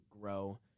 grow